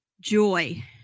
joy